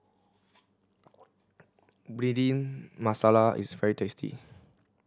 Bhindi Masala is very tasty